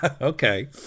Okay